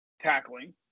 tackling